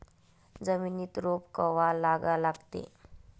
जमिनीत रोप कवा लागा लागते?